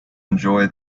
enjoy